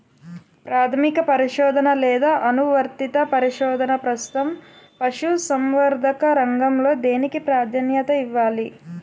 ప్రాథమిక పరిశోధన లేదా అనువర్తిత పరిశోధన? ప్రస్తుతం పశుసంవర్ధక రంగంలో దేనికి ప్రాధాన్యత ఇవ్వాలి?